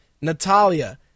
Natalia